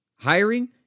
Hiring